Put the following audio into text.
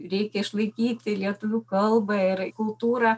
reikia išlaikyti lietuvių kalbą ir kultūrą